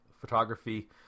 photography